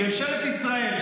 ממשלת ישראל,